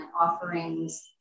offerings